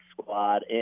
squad